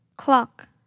Clock